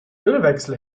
ölwechsel